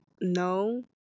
no